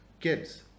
kids